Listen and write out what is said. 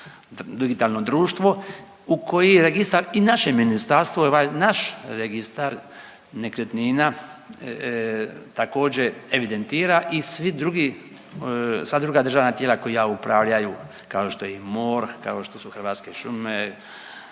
digitalno društvo u koji registar i naše ministarstvo i ovaj naš registar nekretnina također evidentira i svi drugi, sva druga državna tijela koja upravljaju kao što je i MORH, kao što su Hrvatske šume,